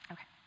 Okay